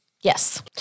Yes